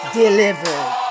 delivered